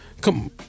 Come